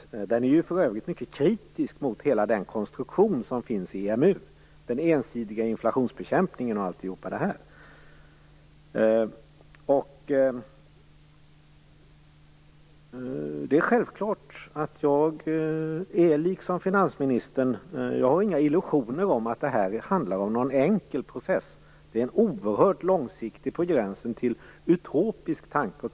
Börje Kragh är för övrigt mycket kritisk mot hela den konstruktion som finns i EMU, t.ex. den ensidiga inflationsbekämpningen. Det är självklart att jag liksom finansministern inte har några illusioner om att det handlar om någon enkel process.